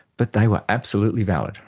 but they were absolutely valid,